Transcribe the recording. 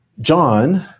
John